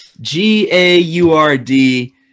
G-A-U-R-D